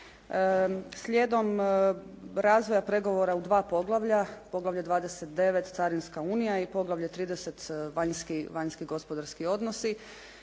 Slijedom razvoja pregovora u dva poglavlja, poglavlje 29 – Carinska unija i poglavlje 30 – Vanjski gospodarski odnosi,